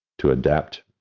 to adapt,